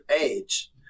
age